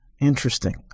Interesting